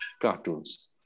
cartoons